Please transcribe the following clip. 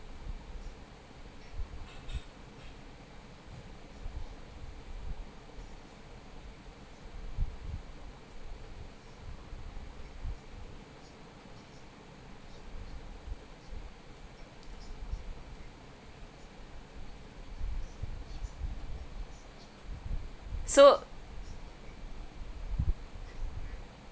so